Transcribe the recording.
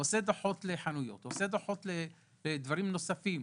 וכבר נותן דוחות לחנויות ולדברים נוספים,